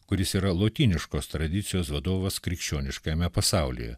kuris yra lotyniškos tradicijos vadovas krikščioniškajame pasaulyje